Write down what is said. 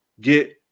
get